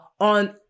on